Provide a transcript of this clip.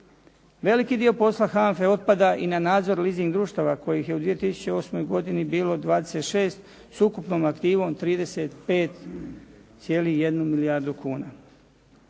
Veliki dio posla HANFA-e otpada i na nadzor leasing društava kojih je u 2008. godini bilo 26 s ukupnom aktivom 35,1 milijardom kuna.